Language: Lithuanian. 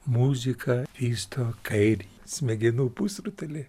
muzika vysto kairįjį smegenų pusrutulį